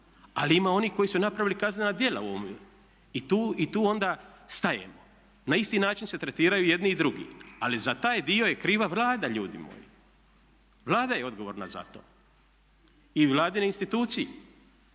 Ali ima i onih koji su napravili kaznena djela u ovom i tu onda stajemo. Na isti način se tretiraju i jedni i drugi ali za taj dio je kriva Vlada ljudi moji. Vlada je odgovorna za to i Vladine institucije.